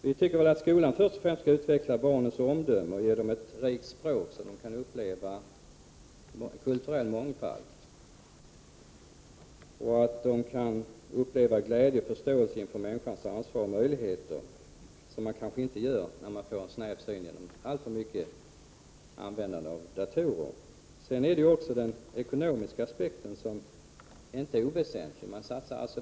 Vi tycker att skolan först och främst skall utveckla barnens omdöme och ge dem ett rikt språk, så att de kan uppleva kulturell mångfald samt känna glädje och förståelse när det gäller människans ansvar och möjligheter. Sådant kan man kanske inte uppleva med den snäva syn som kan bli följden av det alltför myckna användandet av datorer. Den ekonomiska aspekten är heller inte oväsentlig.